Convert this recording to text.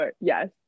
Yes